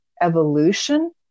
evolution